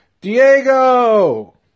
Diego